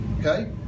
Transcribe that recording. okay